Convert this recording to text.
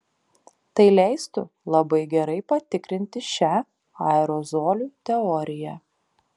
tai leistų labai gerai patikrinti šią aerozolių teoriją